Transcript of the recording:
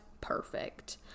perfect